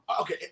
okay